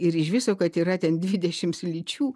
ir iš viso kad yra ten dvidešims lyčių